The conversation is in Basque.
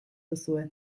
duzue